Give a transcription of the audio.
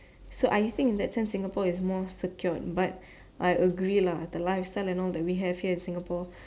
so I think in that sense Singapore is more secured but I agree lah the lifestyle and all that we have here in Singapore